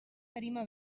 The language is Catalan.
tarima